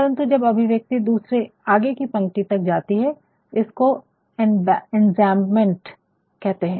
परन्तु जब अभिव्यक्ति दूसरी आगे की पंक्ति तक जाती है इसको इंजंअ मंट Enjambment कहते है